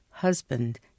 husband